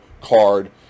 card